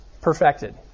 perfected